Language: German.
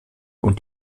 und